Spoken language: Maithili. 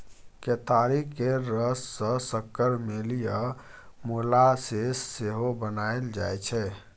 केतारी केर रस सँ सक्कर, मेली आ मोलासेस सेहो बनाएल जाइ छै